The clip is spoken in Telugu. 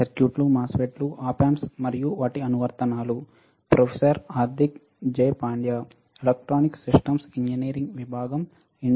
స్వాగతం